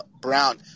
Brown